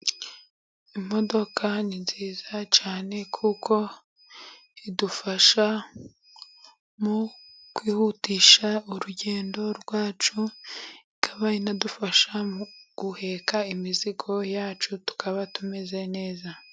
Imodoka ni nziza cyane kuko idufasha mu kwihutisha urugendo rwacu, ikaba inadufasha mu guheka imizigo yacu tukaba tumeze neza.